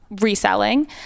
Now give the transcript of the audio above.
reselling